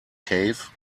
cave